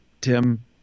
Tim